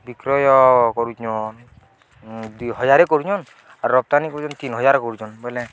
ବିକ୍ରୟ କରୁଛନ୍ ଦି ହଜାର କରୁଛନ୍ ଆର୍ ରପ୍ତାନି କରୁଛନ୍ ତିନ୍ ହଜାର କରୁଛନ୍ ବୋଇଲେ